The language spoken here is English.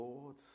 Lord